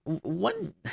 One